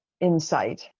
insight